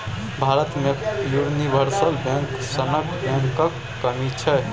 भारत मे universal bank सनक बैंकक कमी छै